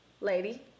lady